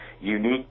unique